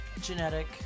genetic